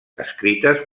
escrites